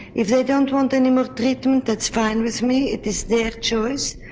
if they don't want any more treatment that's fine with me, it's their choice,